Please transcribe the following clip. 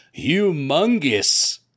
humongous